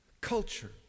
culture